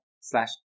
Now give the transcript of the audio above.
slash